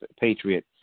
patriot